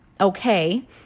okay